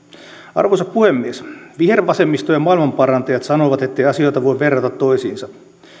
arvoisa puhemies vihervasemmisto ja maailmanparantajat sanovat ettei asioita voi verrata toisiinsa